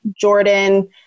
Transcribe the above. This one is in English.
Jordan